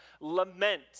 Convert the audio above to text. lament